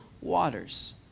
waters